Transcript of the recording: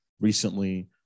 recently